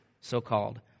so-called